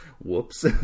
whoops